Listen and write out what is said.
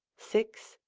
six,